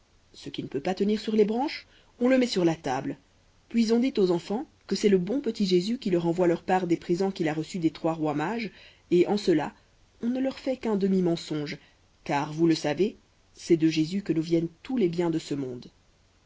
ce qui ne peut pas tenir sur les branches on le met sur la table puis on dit aux enfants que c'est le bon petit jésus qui leur envoie leur part des présents qu'il a reçus des trois rois mages et en cela on ne leur fait qu'un demi mensonge car vous le savez c'est de jésus que nous viennent tous les biens de ce monde